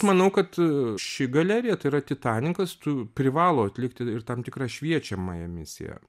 manau kad ši galerija tai yra titanikas tu privalo atlikti ir tam tikrą šviečiamąją misiją